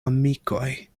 amikoj